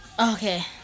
Okay